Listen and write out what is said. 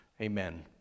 Amen